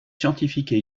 scientifiques